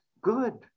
good